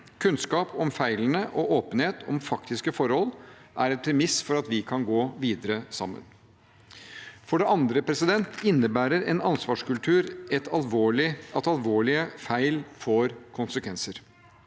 Kunnskap om feilene og åpenhet om faktiske forhold er et premiss for at vi kan gå videre sammen. For det andre innebærer en ansvarskultur at alvorlige feil får konsekvenser.